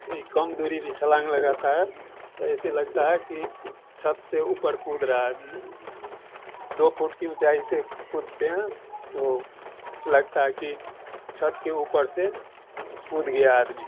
ई कम दूरी भी छलांग लगाता है तो ऐसे लगता है कि छत से ऊपर कूद रहा है दो फुट की ऊँचाई से कूदते हैं तो लगता है कि छत के ऊपर से कूद गया आदमी